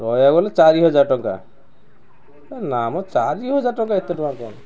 ରହିବାକୁ ଗଲେ ଚାରି ହଜାର ଟଙ୍କା ହେ ନା ମ ଚାରି ହଜାର ଟଙ୍କା ଏତେ ଟଙ୍କା କ'ଣ